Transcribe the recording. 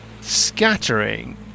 scattering